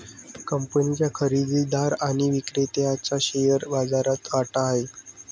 कंपनीच्या खरेदीदार आणि विक्रेत्याचा शेअर बाजारात वाटा आहे